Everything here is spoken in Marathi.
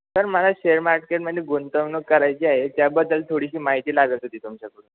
सर मला शेअर मार्केटमध्ये गुंतवणूक करायची आहे त्याबद्दल थोडीशी माहिती लागत होती तुमच्याकडून